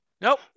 Nope